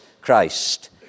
Christ